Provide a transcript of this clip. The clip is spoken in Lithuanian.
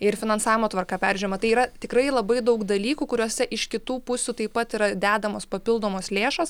ir finansavimo tvarka peržiūrima tai yra tikrai labai daug dalykų kuriuose iš kitų pusių taip pat yra dedamos papildomos lėšos